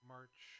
March